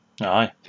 Aye